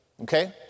Okay